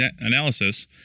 analysis